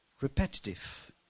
repetitive